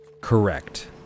Correct